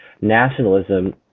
nationalism